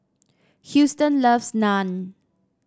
Houston loves Naan